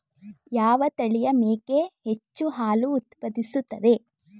ಯಾವ ತಳಿಯ ಮೇಕೆ ಹೆಚ್ಚು ಹಾಲು ಉತ್ಪಾದಿಸುತ್ತದೆ?